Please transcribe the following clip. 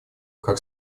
как